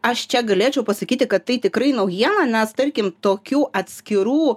aš čia galėčiau pasakyti kad tai tikrai naujiena nes tarkim tokių atskirų